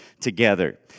together